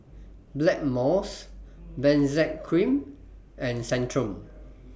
Blackmores Benzac Cream and Centrum